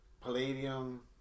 Palladium